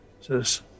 says